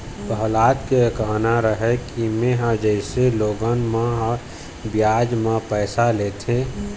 पहलाद के कहना रहय कि मेंहा जइसे लोगन मन ह बियाज म पइसा लेथे,